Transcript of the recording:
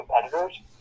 competitors